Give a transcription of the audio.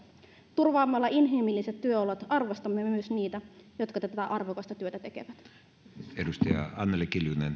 turvaamalla inhimilliset työolot arvostamme myös niitä jotka tätä arvokasta työtä tekevät